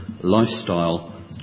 lifestyle